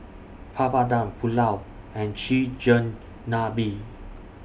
Papadum Pulao and Chigenabe